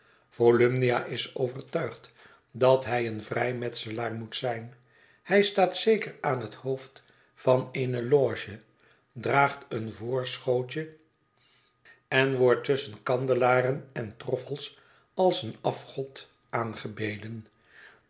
volumnia is overtuigd dat hij een vrijmetselaar moet zijn hij staat zeker aan het hoofd van eené loge draagt een voorschootje en wordt tusschen kandelaren en troffels als een afgod aangebeden